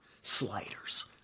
sliders